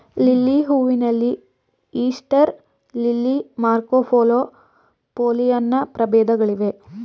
lily ಹೂವಿನಲ್ಲಿ Easter lily, Marco Polo, Pollyanna ಪ್ರಭೇದಗಳಿವೆ